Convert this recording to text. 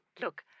look